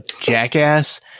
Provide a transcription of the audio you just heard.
Jackass